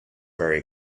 very